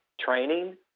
training